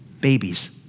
babies